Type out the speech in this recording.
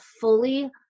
fully